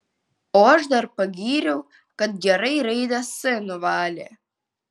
o aš dar pagyriau kad gerai raidę s nuvalė